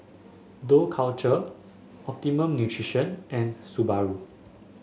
Dough Culture Optimum Nutrition and Subaru